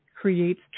creates